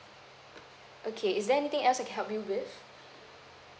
okay is there anything else I can help you with